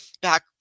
back